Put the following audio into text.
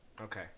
Okay